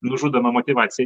nužudoma motyvacija